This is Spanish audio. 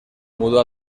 mudó